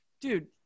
dude